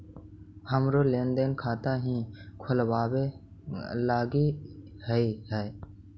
हमरो लेन देन खाता हीं खोलबाबे लागी हई है